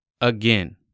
again